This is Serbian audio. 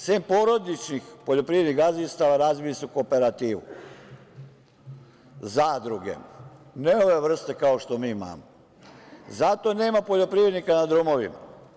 Sem porodičnih poljoprivrednih gazdinstava razvili su kooperativu, zadruge, ne ove vrste kao što mi imamo, i zato nema poljoprivrednika na drumovima.